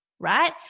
Right